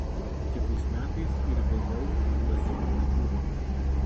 kitais metais ir vėliau juozinių nebuvo